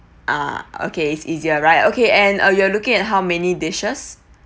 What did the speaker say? uh okay it's easier right okay and uh you are looking at how many dishes